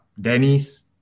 Dennis